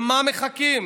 למה מחכים?